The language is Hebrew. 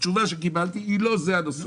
התשובה שקיבלתי היא, לא זה הנושא.